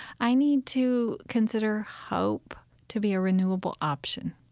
i need to consider hope to be a renewable option.